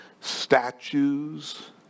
statues